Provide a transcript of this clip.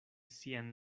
sian